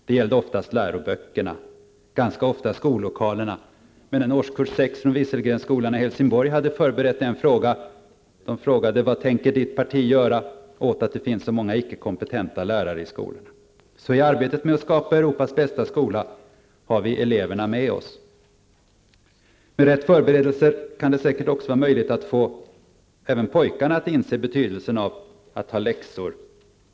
Det gällde oftast läroböckerna och ganska ofta skollokalerna. Men en årskurs 6 från en skola i I arbetet med att skapa Europas bästa skola har vi således eleverna med oss. Med rätt förberedelser kan det säkert också vara möjligt att få även pojkarna att inse betydelsen av att ha läxor.